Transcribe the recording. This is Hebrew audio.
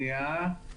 (היו"ר מתן כהנא,